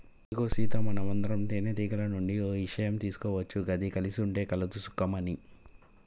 ఇగో సీత మనందరం తేనెటీగల నుండి ఓ ఇషయం తీసుకోవచ్చు గది కలిసి ఉంటే కలదు సుఖం అని